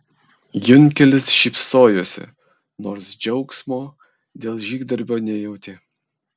jankelis šypsojosi nors džiaugsmo dėl žygdarbio nejautė